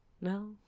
no